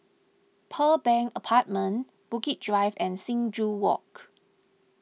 Pearl Bank Apartment Bukit Drive and Sing Joo Walk